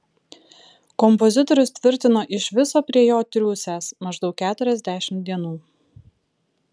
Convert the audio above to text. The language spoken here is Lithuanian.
kompozitorius tvirtino iš viso prie jo triūsęs maždaug keturiasdešimt dienų